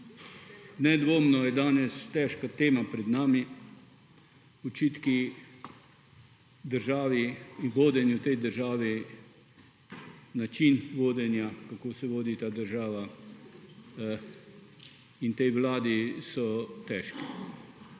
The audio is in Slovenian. Nedvomno je danes težka tema pred nami. Očitki državi in vodenju v tej državi, način vodenja, kako se vodi ta država, in tej vladi so težki.